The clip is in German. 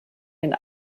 den